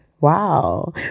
wow